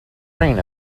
reign